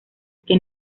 que